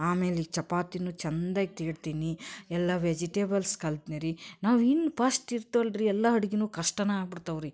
ಆಮೇಲೆ ಈ ಚಪಾತಿನೂ ಚಂದಾಗಿ ತೀಡ್ತೀನಿ ಎಲ್ಲ ವೆಜಿಟೇಬಲ್ಸ್ ಕಲ್ತ್ನಿ ರೀ ನಾವಿನ್ನೂ ಪಶ್ಟ್ ಇರ್ತವಲ್ಲ ರೀ ಎಲ್ಲ ಅಡ್ಗೆನೂ ಕಷ್ಟನೇ ಆಗ್ಬಿಡ್ತಾವೆ ರೀ